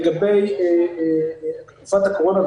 לגבי תקופת הקורונה,